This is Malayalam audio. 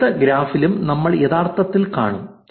അടുത്ത ഗ്രാഫിലും നമ്മൾ യഥാർത്ഥത്തിൽ കാണും